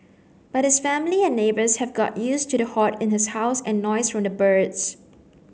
but his family and neighbours have got used to the hoard in his house and noise from the birds